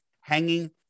hanging